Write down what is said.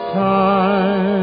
time